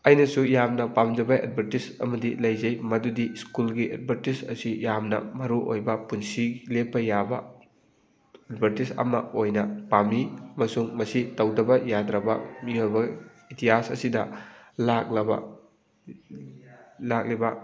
ꯑꯩꯅꯁꯨ ꯌꯥꯝꯅ ꯄꯥꯝꯖꯕ ꯑꯦꯠꯚꯔꯇꯤꯁ ꯑꯃꯗꯤ ꯂꯩꯖꯩ ꯃꯗꯨꯗꯤ ꯁ꯭ꯀꯨꯜꯒꯤ ꯑꯦꯠꯚꯔꯇꯤꯁ ꯑꯁꯤ ꯌꯥꯝꯅ ꯃꯔꯨꯑꯣꯏꯕ ꯄꯨꯟꯁꯤ ꯂꯦꯞꯄ ꯌꯥꯕ ꯑꯦꯠꯚꯔꯇꯤꯁ ꯑꯃ ꯑꯣꯏꯅ ꯄꯥꯝꯃꯤ ꯑꯃꯁꯨꯡ ꯃꯁꯤ ꯇꯧꯗꯕ ꯌꯥꯗ꯭ꯔꯕ ꯃꯤꯑꯣꯏꯕ ꯏꯇꯤꯍꯥꯁ ꯑꯁꯤꯗ ꯂꯥꯛꯂꯕ ꯂꯥꯛꯂꯤꯕ